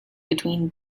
between